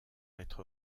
être